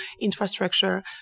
infrastructure